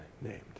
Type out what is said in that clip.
named